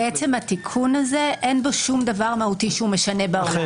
בעצם בתיקון הזה אין שום דבר מהותי שהוא משנה בעולם,